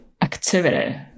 activity